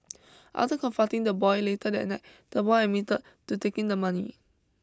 after confronting the boy later that night the boy admitted to taking the money